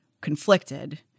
conflicted